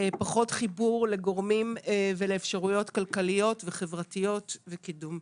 פחות חיבור לגורמים ולאפשרויות כלכליות וחברתיות וקידום.